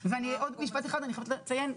אני חייבת לציין,